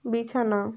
বিছানা